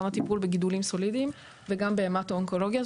גם טיפול בגידולים סולידיים וגם בהמטואונקולוגיה,